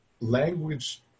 language